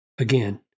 Again